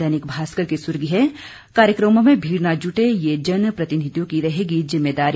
दैनिक भास्कर की सुर्खी है कार्यक्रमों में भीड़ न जुटे ये जन प्रतिनिधियों की रहेगी जिम्मेदारी